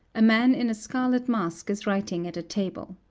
a man in a scarlet mask is writing at a table.